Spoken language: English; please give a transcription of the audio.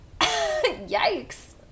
Yikes